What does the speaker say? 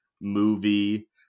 movie